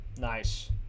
nice